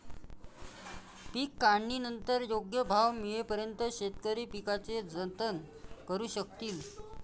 पीक काढणीनंतर योग्य भाव मिळेपर्यंत शेतकरी पिकाचे जतन करू शकतील